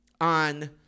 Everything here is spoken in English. on